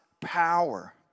power